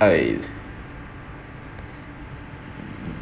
I'd